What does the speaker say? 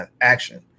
Action